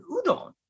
Udon